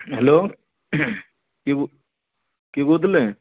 hello କିଏ କିଏ କହୁଥିଲେ